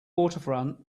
waterfront